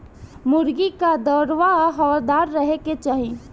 मुर्गी कअ दड़बा हवादार रहे के चाही